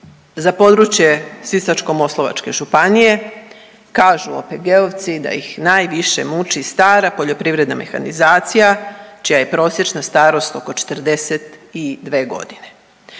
za područje Sisačko-moslavačke županije kažu OPG-ovci da ih najviše muči stara poljoprivredna mehanizacija čija je prosječna starost oko 42 godine.